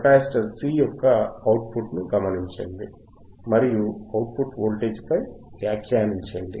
capacitor C యొక్క output ను గమనించండి మరియు అవుట్ పుట్ వోల్టేజ్ పై వ్యాఖ్యానించండి